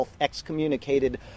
excommunicated